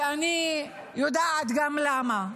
ואני גם יודעת למה.